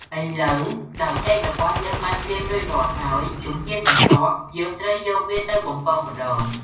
ឥឡូវដោយចេករបស់យើងបានត្រៀមរួចរាល់ហើយ ជំហានបន្ទាប់យើងត្រូវយកវាទៅបំពងម្ដង។